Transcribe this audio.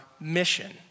mission